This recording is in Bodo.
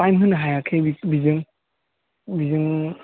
टाइम होनो हायाखै बिजों बिजों